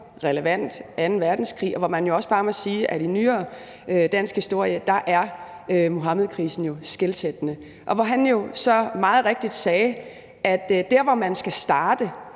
og anden verdenskrig, og man må jo bare sige, at i nyere dansk historie er Muhammedkrisen skelsættende. Og han sagde meget rigtigt, at der, hvor man skal starte,